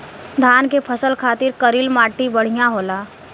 धान के फसल खातिर करील माटी बढ़िया होला